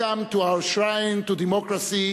Welcome to our shrine of democracy,